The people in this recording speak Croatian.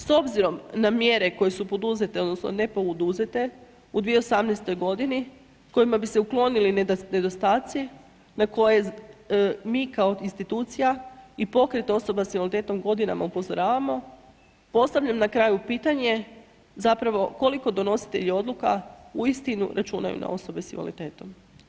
S obzirom na mjere koje su poduzete, odnosno ne poduzete u 2018. godini kojima bi se otklonili nedostaci na koje mi kao institucija i pokret osoba sa invaliditetom godinama upozoravamo, postavljam na kraju pitanje zapravo koliko donositelji oduka uistinu računaju na osobe sa invaliditetom?